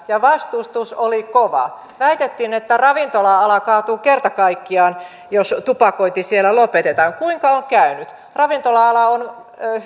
ja vastustus oli kova väitettiin että ravintola ala kaatuu kerta kaikkiaan jos tupakointi siellä lopetetaan kuinka on käynyt ravintola ala on